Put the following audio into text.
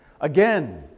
Again